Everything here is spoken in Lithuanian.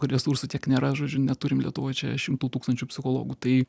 resursų tiek nėra žodžiu neturim lietuvoj čia šimtų tūkstančių psichologų tai